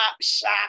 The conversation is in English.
shop